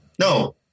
no